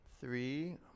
three